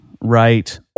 right